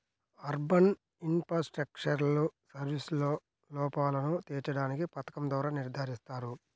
urban infrastructural సర్వీసెస్లో లోపాలను తీర్చడానికి పథకం ద్వారా నిర్ధారిస్తారు